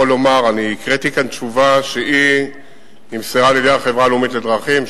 הקראתי כאן תשובה שנמסרה על-ידי החברה הלאומית לדרכים,